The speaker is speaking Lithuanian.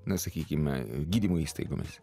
na sakykime gydymo įstaigomis